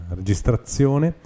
registrazione